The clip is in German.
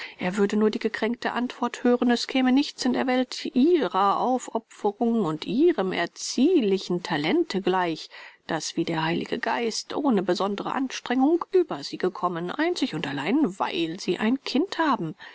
er würde nur die gekränkte antwort hören es käme nichts in der welt ihrer aufopferung und ihrem erziehlichen talente gleich das wie der heilige geist ohne besondre anstrengung über sie gekommen einzig und allein weil sie ein kind haben